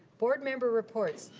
board member reports.